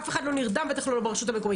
אף אחד לא נרדם, בטח לא ברשות המקומית.